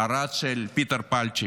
הארד של פיטר פלצ'יק.